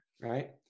right